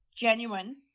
genuine